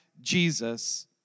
Jesus